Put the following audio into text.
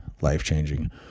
life-changing